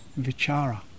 vichara